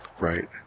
Right